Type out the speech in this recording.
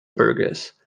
burgess